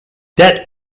debt